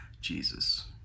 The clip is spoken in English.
Jesus